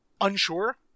unsure